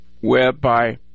whereby